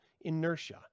inertia